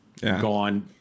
gone